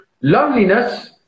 loneliness